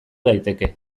daiteke